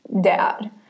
dad